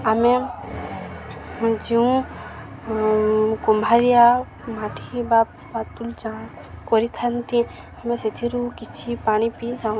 ଆମେ ଯେଉଁ କୁମ୍ଭାରିଆ ମାଟିି ବା କରିଥାନ୍ତି ଆମେ ସେଥିରୁ କିଛି ପାଣି ପିଇଥାଉ